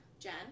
Jen